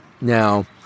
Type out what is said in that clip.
Now